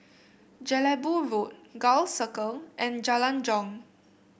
Jelebu Road Gul Circle and Jalan Jong